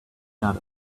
got